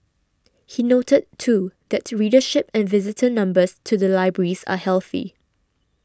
he noted too that readership and visitor numbers to the libraries are healthy